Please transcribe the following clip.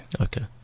Okay